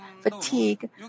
fatigue